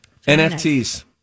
NFTs